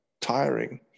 tiring